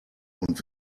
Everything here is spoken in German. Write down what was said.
und